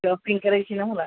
हो पिंक कलरची घ्या मला